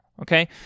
okay